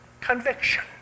conviction